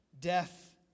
Death